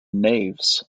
navies